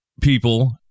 people